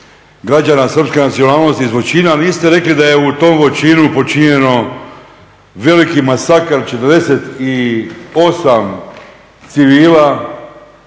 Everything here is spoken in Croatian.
građana srpske nacionalnosti iz Voćina, ali niste rekli da je u tom Voćinu počinjeno veliki masakr 48 civila,